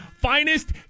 finest